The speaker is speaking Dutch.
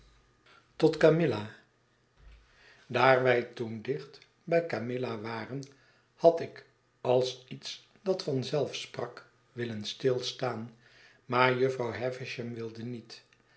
tot camilla daar wij toen dicht bij camilla waren had ik als iets dat van zelf sprak willen stilstaan maar jufvrouw havisham wilde niet